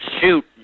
shoot